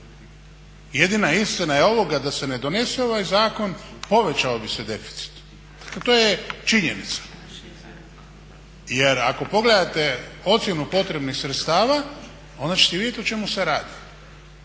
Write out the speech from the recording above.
Jedina istina je ovoga da se ne donese ovaj zakon povećao bi se deficit. Dakle, to je činjenica. Jer ako pogledate ocjenu potrebnih sredstava onda ćete vidjeti o čemu se radi.